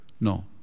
No